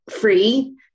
free